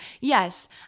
yes